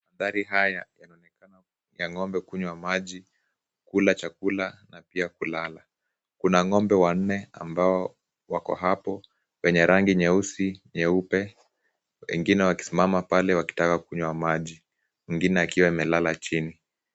Manthari haya yanaonekana kuwa ya ng'ombe kunywa maji, kula chakula, na pia kulala. Kuna ng'ombe wanne ambao wako hapo wenye rangi nyeusi na nyeupe, wengine wakisimama pale wakitaka kunywa maji, mwingine akiwa amelala chini.